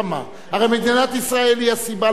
הרי מדינת ישראל היא הסיבה למלחמה.